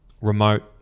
remote